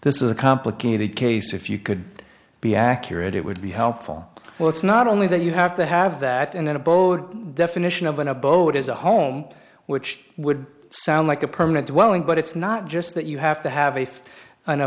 this is a complicated case if you could be accurate it would be helpful well it's not only that you have to have that in an abode definition of an abode as a home which would sound like a permanent dwelling but it's not just that you have to have a